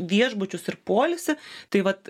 viešbučius ir poilsį tai vat